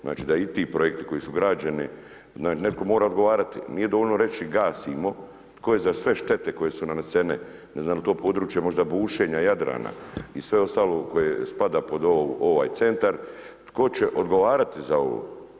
Znači da i ti projekti koji su građeni, netko mora odgovarati, nije dovoljno reći gasimo, tko je za sve štete koje su nanesene, ne znam jel' to područje možda bušenja Jadrana i sve ostale koje spada pod ovaj centar, tko će odgovarati za ovo.